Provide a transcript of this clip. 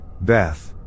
Beth